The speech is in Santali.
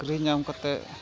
ᱪᱟᱹᱠᱨᱤ ᱧᱟᱢ ᱠᱟᱛᱮᱫ